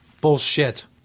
bullshit